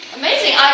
amazing